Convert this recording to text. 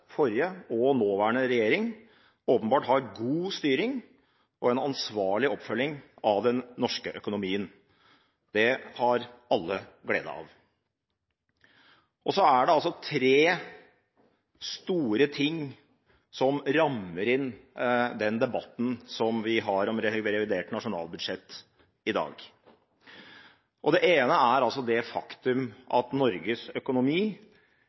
forrige og nåværende regjering åpenbart har god styring og en ansvarlig oppfølging av den norske økonomien. Det har alle glede av. Så er det tre store ting som rammer inn den debatten som vi har om revidert nasjonalbudsjett i dag. Det ene er det faktum at Norges økonomi